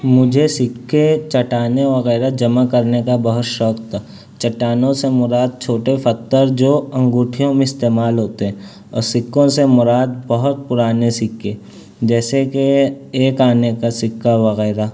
مجھے سکے چٹانیں وغیرہ جمع کرنے کا بہت شوق تھا چٹانوں سے مراد چھوٹے پھتر جو انگوٹھیوں میں استعمال ہوتے ہیں اور سکوں سے مراد بہت پرانے سکے جیسے کہ ایک آنے کا سکہ وغیرہ